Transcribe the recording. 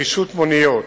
נגישות מוניות,